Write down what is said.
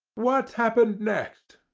what happened next?